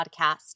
Podcast